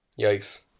Yikes